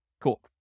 Cool